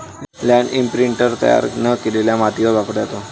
land imprinter तयार न केलेल्या मातीवर वापरला जातो